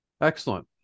Excellent